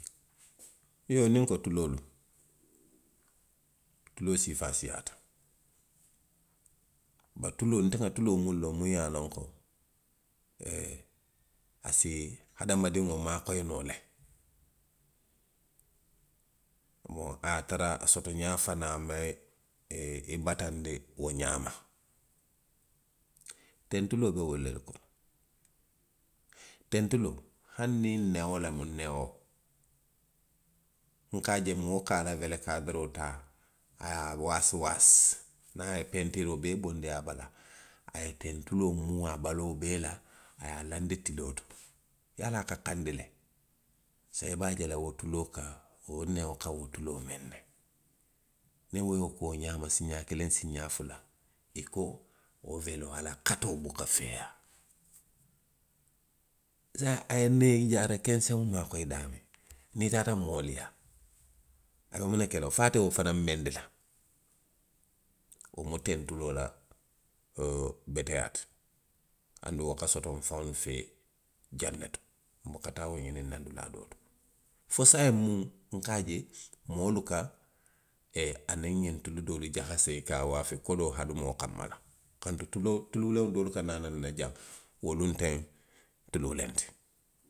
Iyoo niŋ nko tuloolu. tuloo siifaa siiyaata. bari tuloo, nte nŋa tuloo miŋ loŋ, muŋ ye a loŋ koee, a si hadamadiŋo maakoyi noo le. wo, a ye a tara sotoňaa fanaŋ maŋ i ee batandi wo ňaama. teŋ tuloo be wolu le kono. Teŋ tuloo, hani niŋ neo lemu, neo. nka a je moo ka a la wele kaadiroo taa. a ye a waasiwaasi, niŋ a ye pentiiroo bee bondi a bala, a ye tentuloo muu a baloo bee la. a ye a laandi tiloo to. i ye a loŋ a ka kandi le, saayiŋ i be a je la wo tuloo ka, wo neo ka wo tuloo miŋ ne. Niŋ wo ye wo ke wo ňaama. siiňaa kiliŋ, siiňaa fula. i ko wo weloo, a la katoo buka feeyaa. saayiŋ a ye nee jaara kenseŋo maakoyi daamiŋ niŋ i taata moolu yaa, a be muŋ ne kela wo la, fo ate wo fanaŋ meendi la? Wo mu tentuloo la, oo, beteyaa ti. Anduŋ wo ka soto nfaŋolu fee jaŋ ne to. Nbuka taa wo ňiniŋ naŋ dulaa doo to. Fo saayiŋ muŋ nka a je. moolu ka aniŋ ňiŋ tulu doolu jahasee ka a waafi kodoo hadumoo kanma la. Kantu tuloo, tulu wuleŋo doolu ka naanaŋ nna jaŋ. wolu nteŋ tulu wuleŋ ti.